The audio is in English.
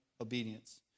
obedience